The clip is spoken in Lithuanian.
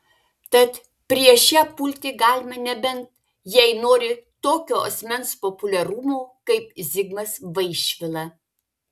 tad prieš ją pulti galima nebent jei nori tokio asmens populiarumo kaip zigmas vaišvila